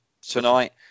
tonight